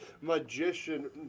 magician